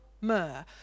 myrrh